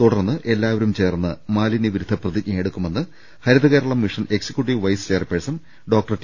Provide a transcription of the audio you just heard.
തുടർന്ന് എല്ലാവരും ചേർന്ന് മാലിന്യവി രുദ്ധ പ്രതിജ്ഞ എടുക്കുമെന്ന് Haritha Keralam mission executive vice chairperson doctor T